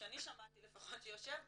שאני שמעתי לפחות, שיושב כאן,